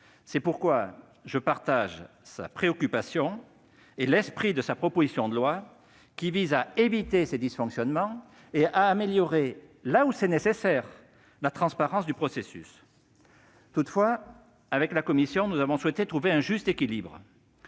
C'est pourquoi je partage les préoccupations de notre collègue et l'esprit de sa proposition de loi, qui vise à éviter ces dysfonctionnements et à améliorer, là où c'est nécessaire, la transparence du processus. Toutefois, avec la commission, j'ai souhaité trouver un juste équilibre